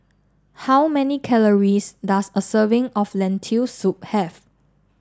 how many calories does a serving of Lentil Soup have